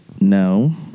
no